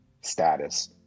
status